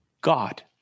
God